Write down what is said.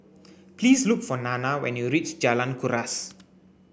please look for Nana when you reach Jalan Kuras